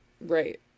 Right